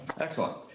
Excellent